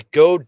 go